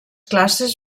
classes